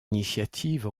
initiative